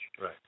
Right